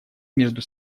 между